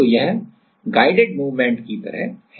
तो यह guided movement की तरह है